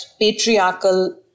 patriarchal